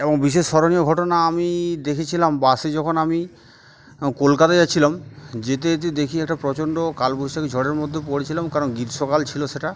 এবং বিশেষ স্মরণীয় ঘটনা আমি দেখেছিলাম বাসে যখন আমি কলকাতায় যাচ্ছিলাম যেতে যেতে দেখি একটা প্রচণ্ড কালবৈশাখী ঝড়ের মধ্যে পড়েছিলাম কারণ গ্রীষ্মকাল ছিলো সেটা